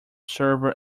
server